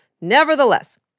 Nevertheless